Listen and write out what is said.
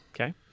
Okay